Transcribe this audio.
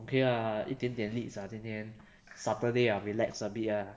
okay lah 一点点 leads ah 今天 saturday ah relax a bit ah